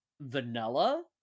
vanilla